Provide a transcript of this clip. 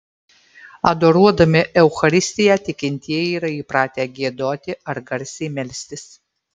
adoruodami eucharistiją tikintieji yra įpratę giedoti ar garsiai melstis